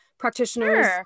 practitioners